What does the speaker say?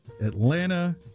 Atlanta